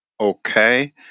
okay